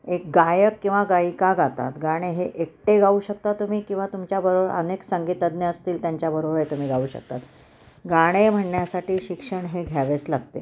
एक गायक किंवा गायिका गातात गाणे हे एकटे गाऊ शकता तुम्ही किंवा तुमच्याबरोबर अनेक संगीतज्ञ असतील त्यांच्याबरोबर तुम्ही गाऊ शकतात गाणे म्हणण्यासाठी शिक्षण हे घ्यावेच लागते